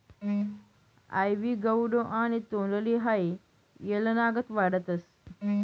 आइवी गौडो आणि तोंडली हाई येलनागत वाढतस